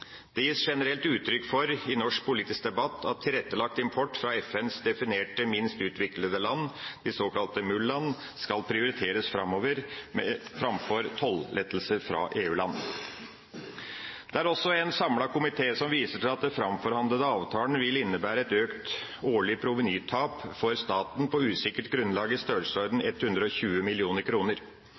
Det gis generelt uttrykk for i norsk politisk debatt at tilrettelagt import fra FNs definerte minst utviklede land – såkalte MUL-land – skal prioriteres framover, framfor tollettelser fra EU-land. Det er også en samlet komité som viser til at den framforhandlede avtalen vil innebære et økt årlig provenytap for staten på usikkert grunnlag i størrelsesorden 120